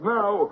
now